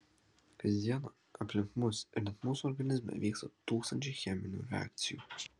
kas dieną aplink mus ir net mūsų organizme vyksta tūkstančiai cheminių reakcijų